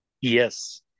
Yes